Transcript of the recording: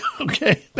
Okay